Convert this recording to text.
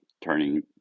turning